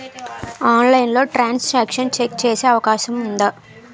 ఆన్లైన్లో transaction check చేసే అవకాశం ఉందా?